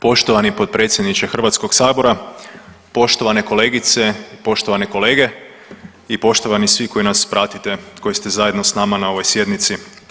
Poštovani potpredsjedniče Hrvatskog sabora, poštovane kolegice i poštovane kolege i štovani svi koji nas pratite, koji ste zajedno sa nama na ovoj sjednici.